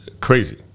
Crazy